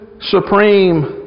supreme